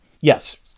yes